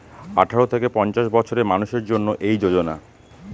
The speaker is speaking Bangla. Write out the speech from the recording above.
আঠারো থেকে পঞ্চাশ বছরের মানুষের জন্য এই যোজনা